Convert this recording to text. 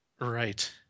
Right